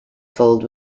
filled